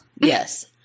Yes